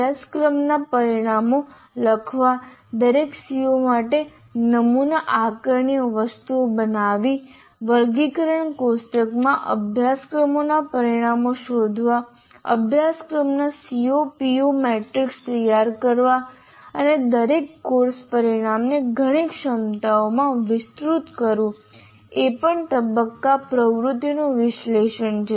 અભ્યાસક્રમના પરિણામો લખવા દરેક CO માટે નમૂના આકારણી વસ્તુઓ બનાવવી વર્ગીકરણ કોષ્ટકમાં અભ્યાસક્રમોના પરિણામો શોધવા અભ્યાસક્રમના CO PO મેટ્રિક્સ તૈયાર કરવા અને દરેક કોર્સ પરિણામને ઘણી ક્ષમતાઓમાં વિસ્તૃત કરવું એ પણ તબક્કા પ્રવૃત્તિઓનું વિશ્લેષણ છે